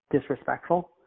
disrespectful